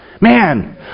Man